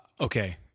okay